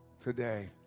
today